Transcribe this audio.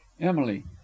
emily